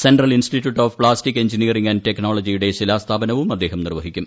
central institute of plastic engineering and ടെക്നോളജിയുടെ ശിലാസ്ഥാപനവും അദ്ദേഹം നിർവ്വഹിക്കും